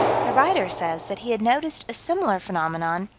the writer says that he had noticed a similar phenomenon,